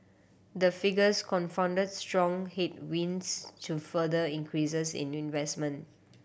the figures confounded strong headwinds to further increases in investment